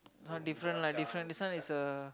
this one different lah different this one is uh